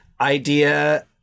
idea